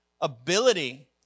ability